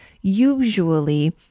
usually